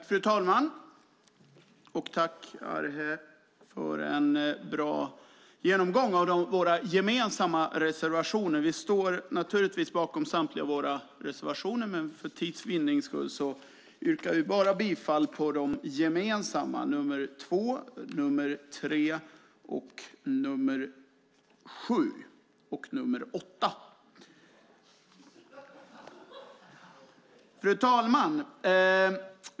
Fru talman! Jag vill tacka Hamednaca för en bra genomgång av våra gemensamma reservationer. Naturligtvis står vi i Miljöpartiet bakom samtliga våra reservationer, men för tids vinnande yrkar vi bifall bara till de gemensamma reservationerna 2, 3, 7 och 8. Fru talman!